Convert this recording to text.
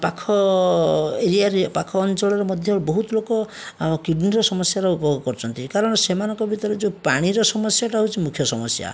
ପାଖ ଏରିଆରେ ପାଖ ଅଞ୍ଚଳରେ ମଧ୍ୟ ବହୁତ ଲୋକ କିଡ଼ନିର ସମସ୍ୟାର ଉପଭୋଗ କରୁଛନ୍ତି କାରଣ ସେମାନଙ୍କ ଭିତରେ ଯେଉଁ ପାଣିର ସମସ୍ୟାଟା ହେଉଛି ମୁଖ୍ୟ ସମସ୍ୟା